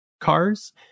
cars